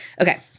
Okay